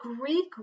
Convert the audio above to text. Greek